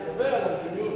אני מדבר על המדיניות.